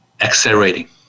accelerating